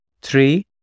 three